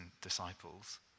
disciples